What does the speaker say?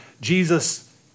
Jesus